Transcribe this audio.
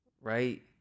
right